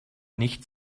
nicht